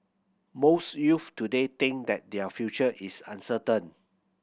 most youths today think that their future is uncertain